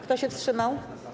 Kto się wstrzymał?